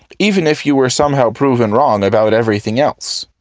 even if you were somehow proven wrong about everything else.